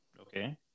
Okay